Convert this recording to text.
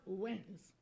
wins